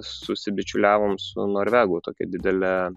susibičiuliavom su norvegų tokia didele